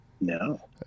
No